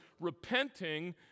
repenting